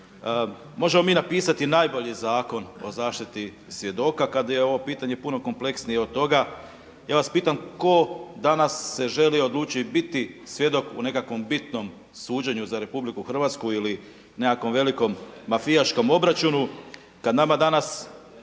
Možemo mi napisati najbolji Zakon o zaštiti svjedoka kada je ovo pitanje puno kompleksnije od toga. Ja vas pitam tko danas se želi odlučiti biti svjedok u nekom bitnom suđenju za RH ili nekakvom velikom mafijaškom obračunu